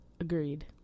Agreed